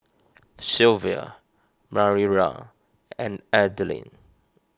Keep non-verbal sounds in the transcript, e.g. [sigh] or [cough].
Silvia [unintelligible] and Adline